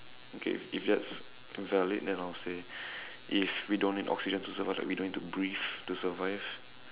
okay if if that's valid then I'll say if we don't need oxygen to survive like we don't need to breathe to survive